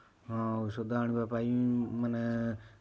ଔଷଧ ଆଣିବା ପାଇଁ ମାନେ